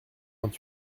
vingt